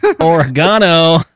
Oregano